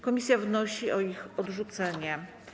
Komisja wnosi o ich odrzucenie.